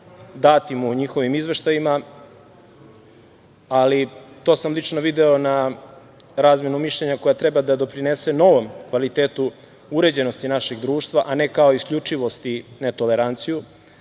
datim u njihovim izveštajima. To sam lično video kao razmenu mišljenja koja treba da doprinese novom kvalitetu uređenosti našeg društva, a ne kao isključivost i netoleranciju. Postoje